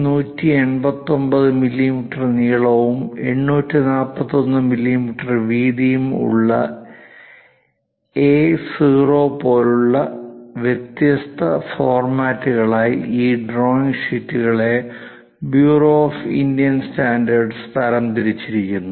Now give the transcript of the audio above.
1189 millimetre നീളവും 841 millimetre വീതിയും ഉള്ള എ0 പോലുള്ള വ്യത്യസ്ത ഫോർമാറ്റുകളായി ഈ ഡ്രോയിംഗ് ഷീറ്റുകളെ ബ്യൂറോ ഓഫ് ഇന്ത്യൻ സ്റ്റാൻഡേർഡ് തരം തിരിച്ചിരിക്കുന്നു